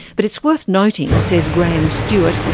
but it's worth noting, says graeme stewart,